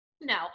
no